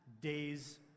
days